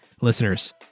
Listeners